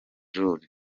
rule